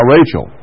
Rachel